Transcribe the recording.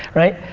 right?